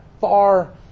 far